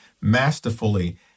masterfully